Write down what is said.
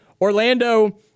Orlando